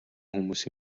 хүмүүс